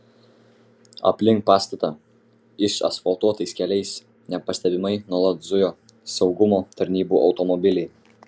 aplink pastatą išasfaltuotais keliais nepastebimai nuolat zuja saugumo tarnybų automobiliai